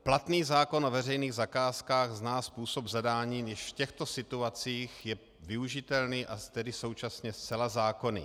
Platný zákon o veřejných zakázkách zná způsob zadání, jež v těchto situacích je využitelný a tedy současně zcela zákonný.